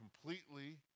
completely